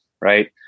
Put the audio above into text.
Right